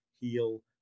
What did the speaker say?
heal